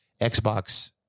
Xbox